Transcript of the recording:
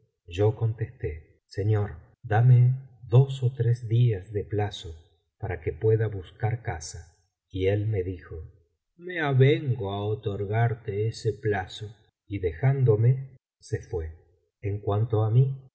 yo contesté señor dame dos ó tres días de plazo para que pueda buscar casa y él me dijo me avengo á otorgarte ese plazo y dejándome se fué en cuanto á mí